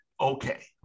okay